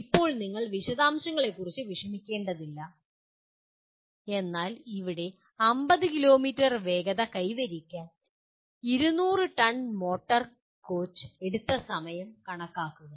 ഇപ്പോൾ നിങ്ങൾ വിശദാംശങ്ങളെക്കുറിച്ച് വിഷമിക്കേണ്ടതില്ല എന്നാൽ ഇവിടെ 50 കിലോമീറ്റർ വേഗത കൈവരിക്കാൻ 200 ടൺ മോട്ടോർ കോച്ച് എടുത്ത സമയം കണക്കാക്കുക